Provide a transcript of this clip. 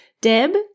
Deb